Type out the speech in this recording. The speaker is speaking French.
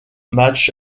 match